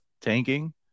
tanking